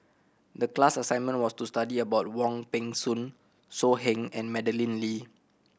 the class assignment was to study about Wong Peng Soon So Heng and Madeleine Lee